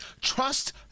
Trust